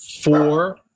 Four